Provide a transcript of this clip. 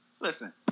Listen